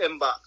inbox